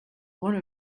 one